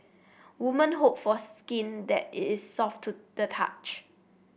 woman hope for skin that it is soft to the touch